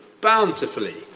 bountifully